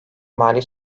mali